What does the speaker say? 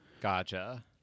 Gotcha